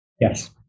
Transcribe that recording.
Yes